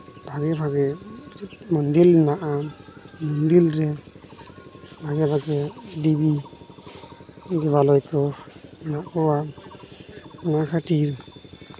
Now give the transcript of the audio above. ᱵᱷᱟᱜᱮ ᱵᱷᱟᱜᱮ ᱢᱚᱱᱫᱤᱞ ᱢᱮᱱᱟᱜᱼᱟ ᱢᱚᱱᱫᱤᱞ ᱨᱮ ᱵᱷᱟᱜᱮ ᱵᱷᱟᱜᱮ ᱫᱤᱵᱤ ᱫᱮᱵᱟᱞᱚᱭ ᱠᱚ ᱢᱮᱱᱟᱜ ᱠᱚᱣᱟ ᱚᱱᱟ ᱠᱷᱟᱹᱛᱤᱨ